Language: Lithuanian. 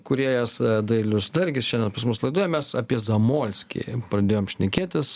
kūrėjas dailius dargis šiandien pas mus laidoje mes apie zamolskį pradėjom šnekėtis